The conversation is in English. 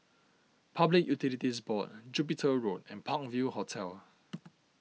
Public Utilities Board Jupiter Road and Park View Hotel